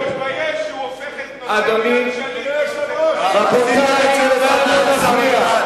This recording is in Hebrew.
שיתבייש שהוא הופך את נושא גלעד שליט לנושא,